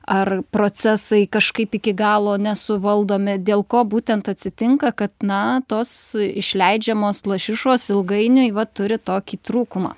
ar procesai kažkaip iki galo nesuvaldomi dėl ko būtent atsitinka kad na tos išleidžiamos lašišos ilgainiui vat turi tokį trūkumą